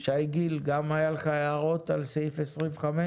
שי גיל, גם היו לך הערות על סעיף 25?